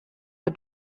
der